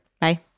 Bye